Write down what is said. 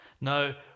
No